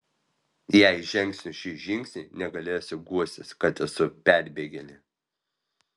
jei žengsiu šį žingsnį negalėsiu guostis kad esu perbėgėlė